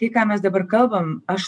tai ką mes dabar kalbam aš